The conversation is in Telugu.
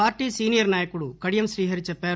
పార్లీ సీనియర్ నాయకుడు కడియం శ్రీహరి చెప్పారు